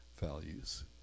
values